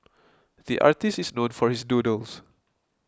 the artist is known for his doodles